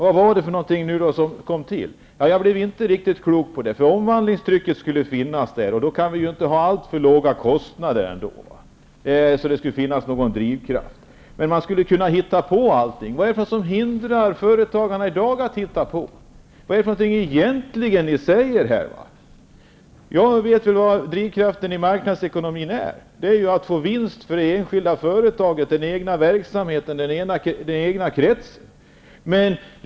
Vad är det som har tillkommit? Jag blev inte riktigt klok på vad det gällde. Omvandlingstrycket skulle finnas, och då kan vi inte ha alltför låga kostnader. Man skulle kunna hitta på allt möjligt. Vad är det som hindrar dagens företagare att hitta på? Vad är det egentligen som ni säger? Jag vet vad marknadsekonomins drivkraft är. Det är ju vinsten för det enskilda företaget, den egna verksamheten och den egna kretsen.